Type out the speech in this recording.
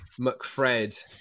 McFred